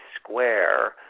square